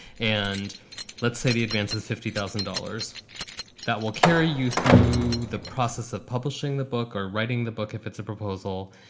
and let's say the advances. fifty thousand dollars that will carry you through the process of publishing the book or writing the book if it's a proposal.